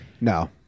No